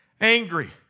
angry